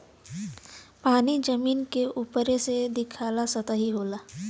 पानी जमीन के उपरे से दिखाला सतही होला